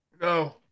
No